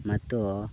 ಮತ್ತು